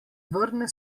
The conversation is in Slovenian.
vrne